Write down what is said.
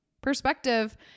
perspective